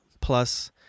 Plus